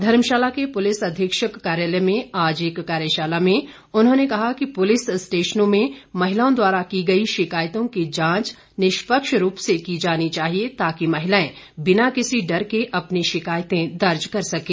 धर्मशाला के पुलिस अधीक्षक कार्यालय में आज एक कार्यशाला में उन्होंने कहा कि पुलिस स्टेशनों में महिलाओं द्वारा की गई शिकायतों की जांच निष्पक्ष रूप से की जानी चाहिए ताकि महिलाएं बिना किसी डर के अपनी शिकायतें दर्ज कर सकें